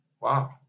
wow